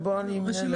תמנה.